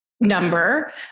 number